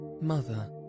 Mother